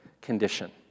condition